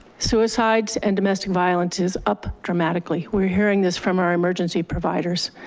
suicides, and domestic violence is up dramatically. we're hearing this from our emergency providers.